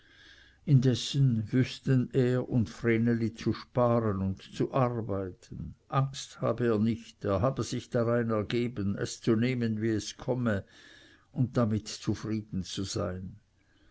indessen wüßten er und vreneli zu sparen und zu arbeiten angst habe er nicht er habe sich darein ergeben es zu nehmen wie es komme und damit zufrieden zu sein